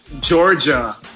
Georgia